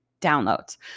downloads